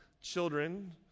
children